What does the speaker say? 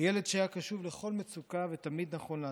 ילד שהיה קשוב לכל מצוקה ותמיד נכון לעזור.